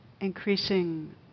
increasing